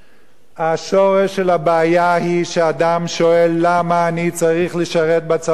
השורש של הבעיה הוא שאדם שואל: למה אני צריך לשרת בצבא ואתה לא?